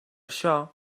això